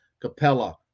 Capella